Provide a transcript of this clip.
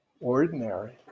ordinary